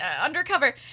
undercover